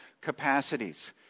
capacities